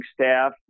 staff